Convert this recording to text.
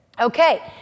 Okay